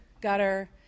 gutter